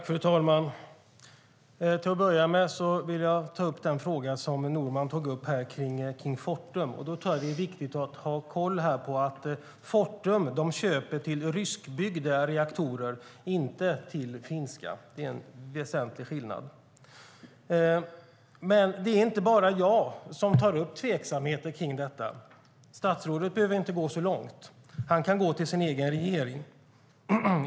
Fru talman! Till att börja med vill jag ta upp den fråga som Norman tog upp kring Fortum. Jag tror att det är viktigt att ha koll på att Fortum köper till ryskbyggda reaktorer, inte till finska. Det är en väsentlig skillnad. Det är inte bara jag som tar upp tveksamheter kring detta. Statsrådet behöver inte gå så långt - han kan gå till sin egen regering.